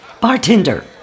Bartender